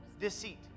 Deceit